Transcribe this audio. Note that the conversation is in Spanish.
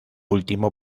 último